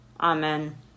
Amen